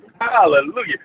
Hallelujah